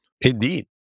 Indeed